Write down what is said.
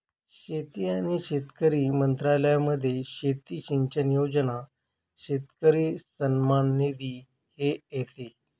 शेती आणि शेतकरी मंत्रालयामध्ये शेती सिंचन योजना, शेतकरी सन्मान निधी हे येते